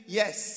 yes